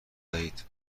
دهید